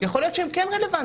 יכול להיות שהם כן רלוונטיים.